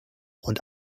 und